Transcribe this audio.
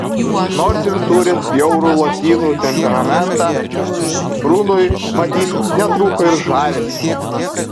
nors ir turint bjaurų lotynų temperamentą brunui matyt netrūko ir žavesio